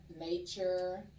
nature